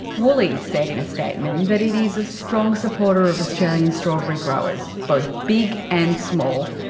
woolies said in a statement that it is a strong supporter of australian strawberry growers, both big and small.